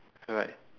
alright